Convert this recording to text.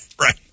right